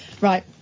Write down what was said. Right